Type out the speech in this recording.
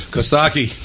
Kostaki